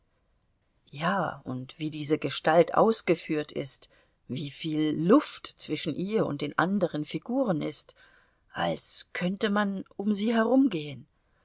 ja und wie diese gestalt ausgeführt ist wieviel luft zwischen ihr und den anderen figuren ist als könnte man um sie herumgehen